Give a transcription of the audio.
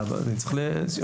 אני צריך.